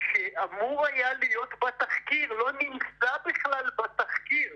שאמור היה להיות בתחקיר, לא נמצא בכלל בתחקיר